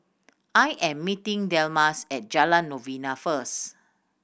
I am meeting Delmas at Jalan Novena first